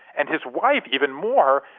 and his wife, even more,